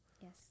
Yes